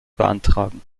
beantragen